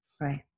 Right